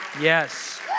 Yes